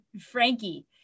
Frankie